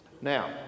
Now